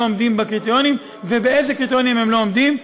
עומדים בקריטריונים ובאילו קריטריונים הם לא עומדים.